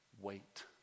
wait